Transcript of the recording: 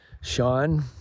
Sean